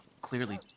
clearly